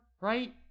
right